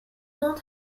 not